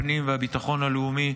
הפנים והביטחון לאומי,